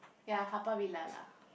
ya Haw-Par-Villa lah